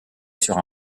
sur